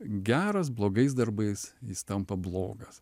geras blogais darbais jis tampa blogas